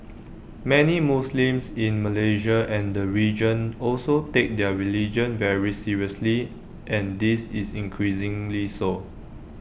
many Muslims in Malaysia and the region also take their religion very seriously and this is increasingly so